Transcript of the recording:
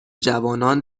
جوانان